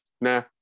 nah